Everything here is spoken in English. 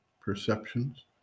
perceptions